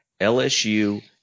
LSU